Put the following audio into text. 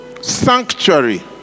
sanctuary